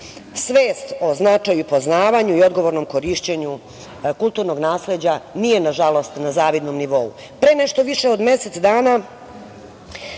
Svest o značaju, poznavanju i odgovornom korišćenju kulturnog nasleđa nije, nažalost, na zavidnom nivou. Pre nešto više od mesec dana